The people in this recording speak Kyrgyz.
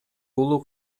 уулу